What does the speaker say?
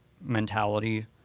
mentality